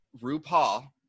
RuPaul